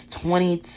twenty